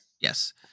Yes